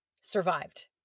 survived